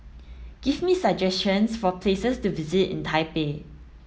give me suggestions for places to visit in Taipei